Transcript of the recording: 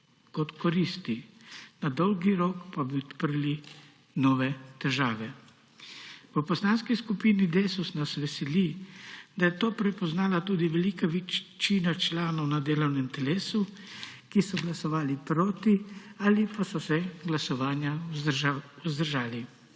kot koristi, na dolgi rok pa bi odprli nove težave. V Poslanski skupini Desus nas veseli, da je to prepoznala tudi velika večina članov na delovnem telesu, ki so glasovali proti ali pa so se glasovanja vzdržali.